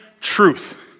truth